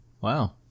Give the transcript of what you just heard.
Wow